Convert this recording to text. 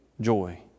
joy